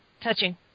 touching